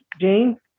Jane